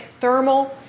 thermal